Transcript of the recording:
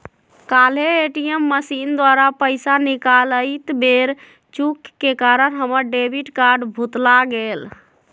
काल्हे ATM machine द्वारा पइसा निकालइत बेर चूक के कारण हमर डेबिट कार्ड भुतला गेल